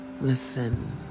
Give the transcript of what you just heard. Listen